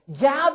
gather